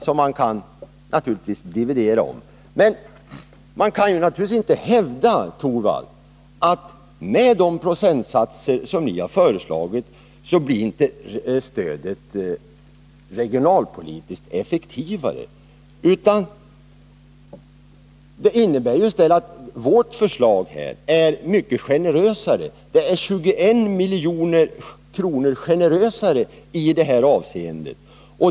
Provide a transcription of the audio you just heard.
Men man kan naturligtvis inte hävda att stödet blir regionalpolitiskt effektivare med de procentsatser som ni föreslagit. Vårt förslag är ju mycket generösare — det är 21 milj.kr. generösare i det här avseendet.